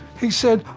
he said,